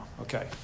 Okay